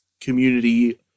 community